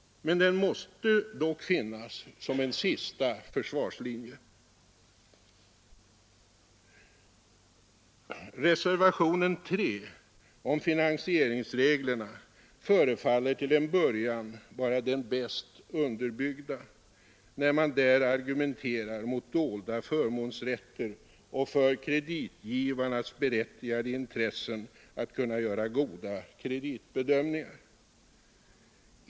Men den måste dock finnas som en sista försvarslinje. Reservationen 3 om finansieringsreglerna förefaller till en början vara den bäst underbyggda, när man där argumenterar mot dolda förmånsrätter och för kreditgivarnas berättigade intresse av att kunna göra goda kreditbedömningar.